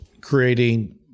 creating